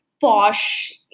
posh